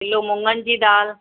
kilo मूङनि जी दाल